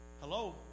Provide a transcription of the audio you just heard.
Hello